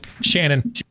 Shannon